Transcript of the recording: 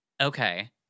Okay